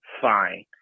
fine